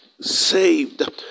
saved